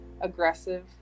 aggressive